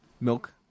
Milk